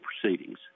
proceedings